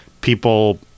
people